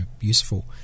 useful